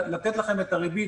לתת לכם את הריבית,